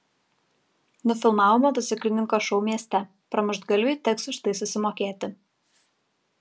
nufilmavo motociklininko šou mieste pramuštgalviui teks už tai susimokėti